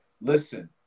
Listen